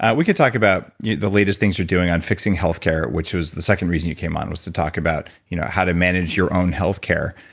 and we could talk about the latest things you're doing on fixing healthcare which was the second reason you came on, was to talk about you know how to manage your own health care,